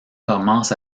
commence